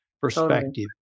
perspective